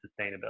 sustainability